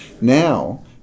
Now